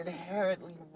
Inherently